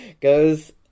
goes